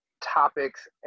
topics